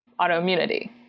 autoimmunity